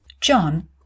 John